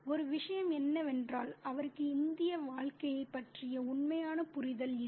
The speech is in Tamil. ஒரு விஷயம் என்னவென்றால் அவருக்கு இந்திய வாழ்க்கையைப் பற்றிய உண்மையான புரிதல் இல்லை